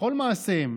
בכל מעשיהם.